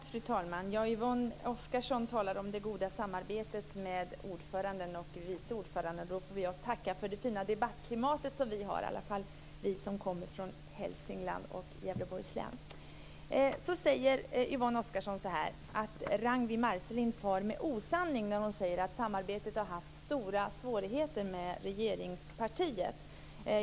Fru talman! Yvonne Oscarsson talade om det goda samarbetet med ordföranden och vice ordföranden. Då får väl jag tacka för det fina debattklimatet som vi har, i alla fall vi som kommer från Hälsingland och Yvonne Oscarsson säger att jag far med osanning när jag säger att samarbetet med regeringspartiet har inneburit stora svårigheter.